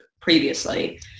previously